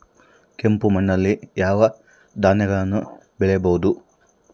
ಕೆಂಪು ಮಣ್ಣಲ್ಲಿ ಯಾವ ಧಾನ್ಯಗಳನ್ನು ಬೆಳೆಯಬಹುದು?